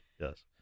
Yes